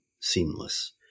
seamless